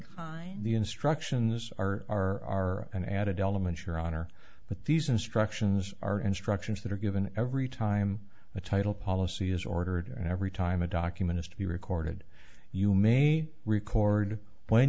f the instructions are an added element your honor but these instructions are instructions that are given every time a title policy is ordered and every time a document is to be recorded you may record when